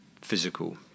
physical